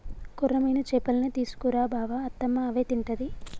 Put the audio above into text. కొర్రమీను చేపల్నే తీసుకు రా బావ అత్తమ్మ అవే తింటది